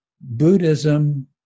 Buddhism